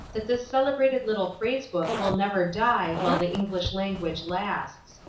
that this celebrated little phrase-book will never die while the english language lasts.